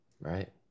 Right